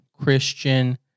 Christian